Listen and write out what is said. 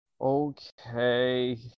Okay